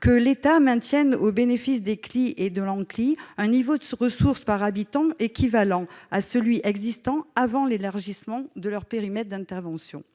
que l'État maintienne au moins, au bénéfice des CLI et de l'Anccli, un niveau de ressources par habitant équivalent à celui qui était en vigueur avant l'élargissement de leur périmètre d'intervention.